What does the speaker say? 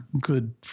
good